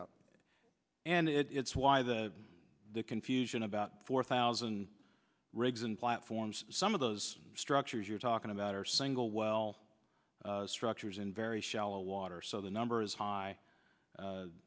out and it's why the confusion about four thousand rigs and platforms some of those structures you're talking about are single well structures in very shallow water so the number is high